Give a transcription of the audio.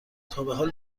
تابحال